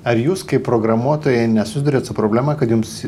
ar jūs kaip programuotojai nesusiduriat su problema kad jums